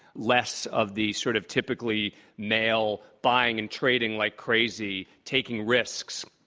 less of the sort of typically male buying and trading like crazy, taking risks,